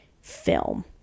film